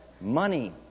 Money